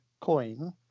coin